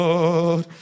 Lord